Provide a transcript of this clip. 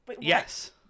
Yes